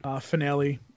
finale